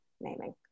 naming